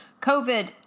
COVID